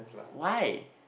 why